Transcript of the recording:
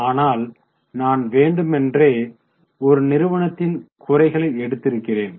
ஆனால் நான் வேண்டுமென்றே ஒரு நிறுவனத்தின் குறைகளை எடுத்திருக்கிறேன்